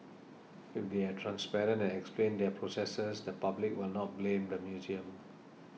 if they are transparent and explain their processes the public will not blame the museum